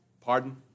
Pardon